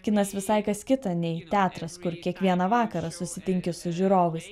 kinas visai kas kita nei teatras kur kiekvieną vakarą susitinki su žiūrovais